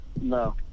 No